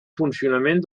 funcionament